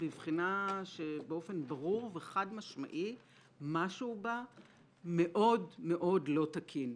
בבחינה שבאופן ברור וחד-משמעי משהו בה מאוד מאוד לא תקין.